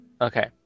Okay